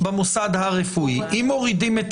גם בפתח הדברים בדיון הראשון וגם עכשיו: בשום פנים ואופן